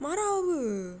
marah [pe]